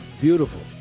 Beautiful